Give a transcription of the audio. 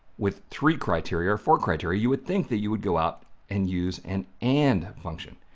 with three criteria, or four criteria, you would think that you would go out and use an and function,